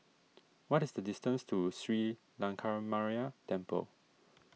what is the distance to Sri Lankaramaya Temple